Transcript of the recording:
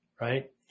right